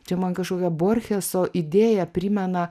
čia man kažkokią borcheso idėją primena